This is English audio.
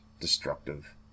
destructive